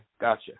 gotcha